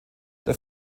der